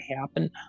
happen